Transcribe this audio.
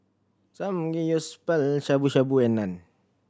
Shabu Shabu and Naan